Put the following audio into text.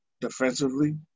defensively